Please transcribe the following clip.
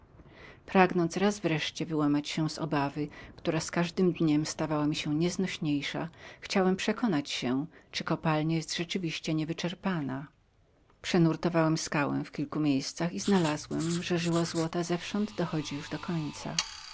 pragnąc raz wyłamać się z obawy która z każdym dniem stawała mi się nieznośniejszą chciałem przekonać się czyli kopalnia rzeczywiście była niewyczerpaną przenurtowałem skałę w kilku miejscach i znalazłem że żyła złota zewsząd dochodziła już końca